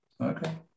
okay